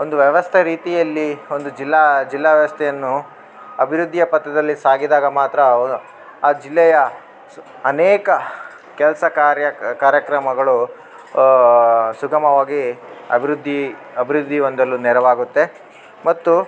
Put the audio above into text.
ಒಂದು ವ್ಯವಸ್ಥೆ ರೀತಿಯಲ್ಲಿ ಒಂದು ಜಿಲ್ಲಾ ಜಿಲ್ಲಾ ವ್ಯವಸ್ಥೆಯನ್ನು ಅಭಿವೃದ್ದಿಯ ಪಥದಲ್ಲಿ ಸಾಗಿದಾಗ ಮಾತ್ರ ಆ ಜಿಲ್ಲೆಯ ಸು ಅನೇಕ ಕೆಲಸ ಕಾರ್ಯ ಕಾರ್ಯಕ್ರಮಗಳು ಸುಗಮವಾಗಿ ಅಭಿವೃದ್ದಿ ಅಭಿವೃದ್ದಿ ಹೊಂದಲು ನೆರವಾಗುತ್ತೆ ಮತ್ತು